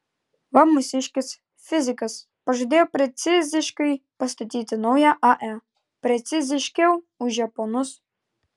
va mūsiškis fizikas pažadėjo preciziškai pastatyti naują ae preciziškiau už japonus